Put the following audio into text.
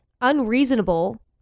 unreasonable